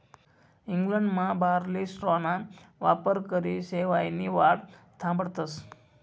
इंग्लंडमा बार्ली स्ट्राॅना वापरकरी शेवायनी वाढ थांबाडतस